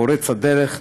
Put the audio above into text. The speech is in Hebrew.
פורץ הדרך,